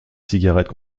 cigarettes